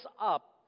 up